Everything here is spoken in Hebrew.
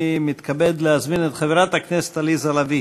אני מתכבד להזמין את חברת הכנסת עליזה לביא